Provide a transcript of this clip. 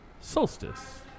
Solstice